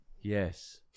Yes